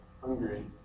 hungry